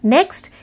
Next